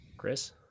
Chris